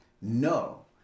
no